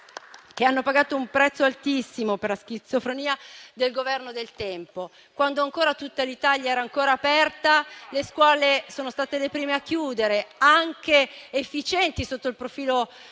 che hanno pagato un prezzo altissimo per la schizofrenia del Governo del tempo. Quando tutta l'Italia era ancora aperta, le scuole sono state le prime a chiudere, anche se efficienti sotto il profilo della